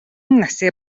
насыг